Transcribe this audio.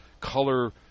color